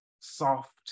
soft